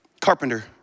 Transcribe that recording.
Carpenter